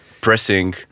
pressing